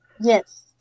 Yes